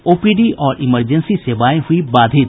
OPD और emergency सेवाएं हुई बाधित